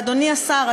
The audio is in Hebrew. ואדוני השר,